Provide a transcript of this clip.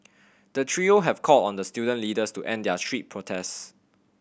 the trio have called on the student leaders to end their street protests